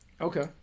Okay